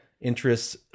interests